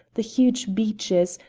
the huge beeches,